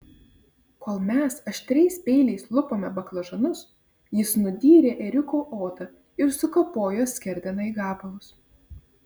kol mes aštriais peiliais lupome baklažanus jis nudyrė ėriuko odą ir sukapojo skerdeną į gabalus